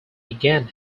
began